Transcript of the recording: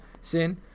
sin